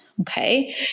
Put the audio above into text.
Okay